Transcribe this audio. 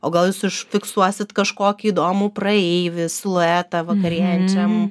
o gal jūs užfiksuosit kažkokį įdomų praeivį siluetą vakarėjančiam